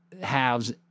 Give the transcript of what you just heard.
halves